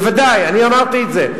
בוודאי, אני אמרתי את זה.